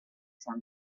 sun